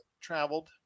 traveled